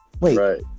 wait